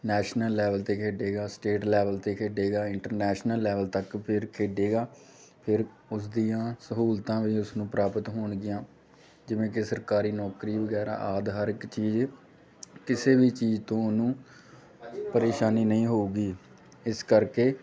national level 'ਤੇ ਖੇਡੇਗਾ state level 'ਤੇ ਖੇਡੇਗਾ ਇੰਟਰਨੈਸ਼ਨਲ ਲੈਵਲ ਤੱਕ ਫਿਰ ਖੇਡੇਗਾ ਫਿਰ ਉਸਦੀਆਂ ਸਹੂਲਤਾਂ ਵੀ ਉਸਨੂੰ ਪ੍ਰਾਪਤ ਹੋਣਗੀਆਂ ਜਿਵੇਂ ਕਿ ਸਰਕਾਰੀ ਨੌਕਰੀ ਵਗੈਰਾ ਆਦਿ ਹਰ ਇੱਕ ਚੀਜ਼ ਕਿਸੇ ਵੀ ਚੀਜ਼ ਤੋਂ ਉਹਨੂੰ ਪਰੇਸ਼ਾਨੀ ਨਹੀਂ ਹੋਊਗੀ ਇਸ ਕਰਕੇ